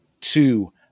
Two